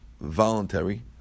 voluntary